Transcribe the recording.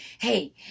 hey